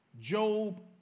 Job